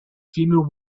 female